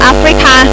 Africa